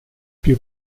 più